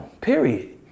period